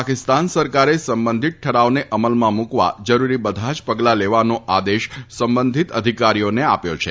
પાકિસ્તાન સરકારે સંબંધીત ઠરાવને અમલમાં મૂકવા જરૂરી બધા જ પગલાં લેવાનો આદેશ સંબંધીત અધિકારીઓને આપ્યો છે